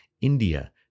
India